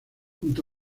junto